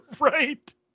Right